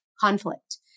conflict